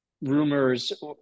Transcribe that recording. rumors